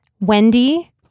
Wendy